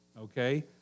okay